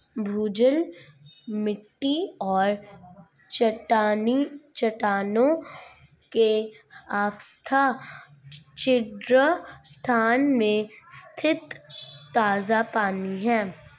भूजल मिट्टी और चट्टानों के उपसतह छिद्र स्थान में स्थित ताजा पानी है